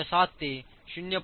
07 ते 0